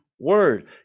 Word